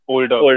Older